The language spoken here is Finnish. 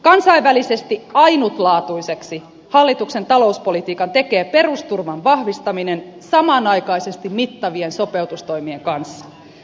kansainvälisesti ainutlaatuiseksi hallituksen talouspolitiikan tekee perusturvan vahvistaminen samanaikaisesti mittavien sopeutustoimien kanssa